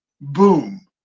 boom